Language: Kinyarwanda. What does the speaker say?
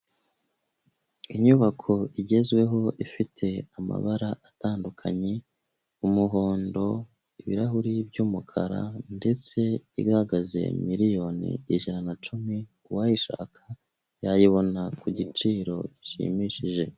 Inyubako igezweho ifite amabara atandukanye umuhondo, ibirahuri by,umukara ndetse ihagaze miliyoni ijana na cumi, uwayishaka yayibona ku giciro gishimishije.